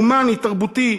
הומני ותרבותי,